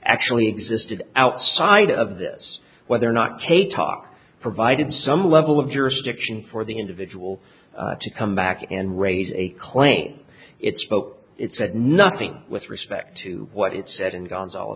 actually existed outside of this whether or not take talk provided some level of jurisdiction for the individual to come back and raise a claim it's both it said nothing with respect to what it said and g